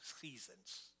seasons